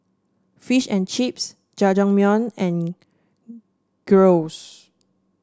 Fish and Chips Jajangmyeon and Gyros